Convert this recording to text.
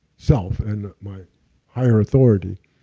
so and my higher authority,